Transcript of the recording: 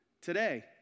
today